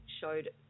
showed